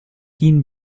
ihn